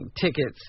tickets